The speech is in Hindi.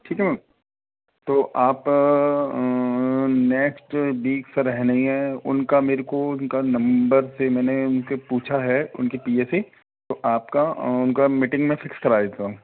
ठीक है मैम तो आप नैक्स्ट वीक सर हैं नहीं हैं उनका मेरेको उनका नंबर से मैंने उनसे पूछा है उनके पी ए से आपका उनका मीटिंग मैं फ़िक्स करा देता हूँ